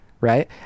right